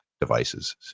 devices